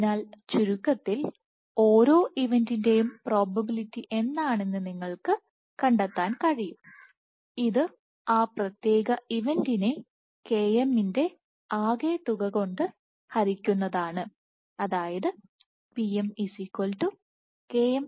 അതിനാൽ ചുരുക്കത്തിൽ ഓരോ ഇവെന്റിന്റേയും പ്രോബബിലിറ്റി എന്താണെന്ന് നിങ്ങൾക്ക് കണ്ടെത്താൻ കഴിയും ഇത് ആ പ്രത്യേക ഇവെന്റിനെ km ന്റെ ആകെ തുക കൊണ്ട് ഹരിക്കുന്നത് ആണ് Pmkmm12njkm